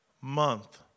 month